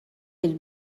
fil